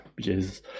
Jesus